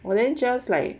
then just like